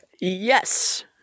Yes